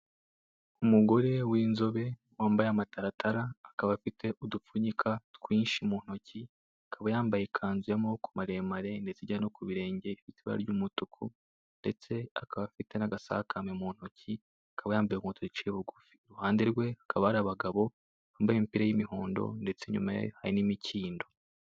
Umugore w'inzobe wambaye amataratara akaba afite udupfunyika twinshi mu ntoki, akaba yambaye ikanzu y'amaboko maremare ndetse igera no ku birenge ifite ibara ry'umutuku ndetse akaba afite n'agasakame mu ntoki akaba yambaye inkweto zicuye bugufi, iruhande rwe hakaba hari abagabo bambaye imipira y'imihondo ndetse inyuma ye hari n'imikindo.